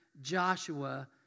Joshua